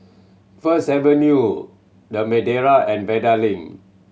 First Avenue The Madeira and Vanda Link